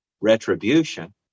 retribution